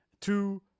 Two